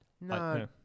No